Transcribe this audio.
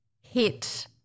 hit